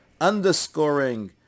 underscoring